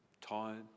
tired